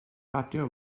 radio